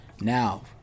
Now